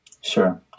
Sure